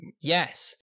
yes